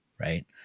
right